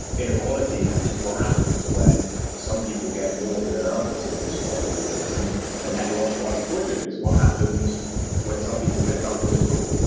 inequality is what happens when some people get more than than others in this market mechanism. and technological unemployment is what happens when some people get nothing at all.